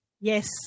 Yes